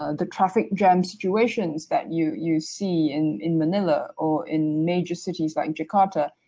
ah the traffic jam situations that you you see in in manila or in major cities like jakarta,